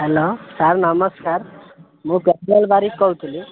hello sir ନମସ୍କାର ମୁଁ ବାରିକ କହୁଥିଲି